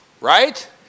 Right